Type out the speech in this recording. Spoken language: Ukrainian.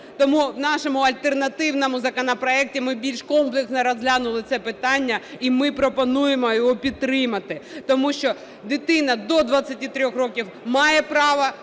Тому у нашому альтернативному законопроекті ми більш комплексно розглянули це питання. І ми пропонуємо його підтримати, тому що дитина до 23 років має право